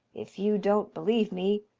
if you don't believe me,